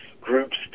groups